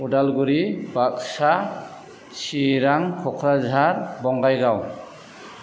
Udalguri Baksa Chirang Kokrajhar Bongaigaon